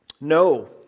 No